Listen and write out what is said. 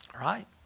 right